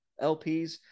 LPs